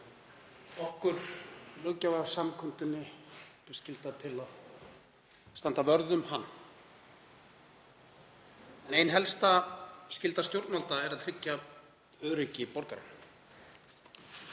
Okkur löggjafarsamkundunni ber skylda til að standa vörð um hann. En ein helsta skylda stjórnvalda er að tryggja öryggi borgaranna